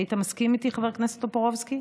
היית מסכים איתי, חבר הכנסת טופורובסקי,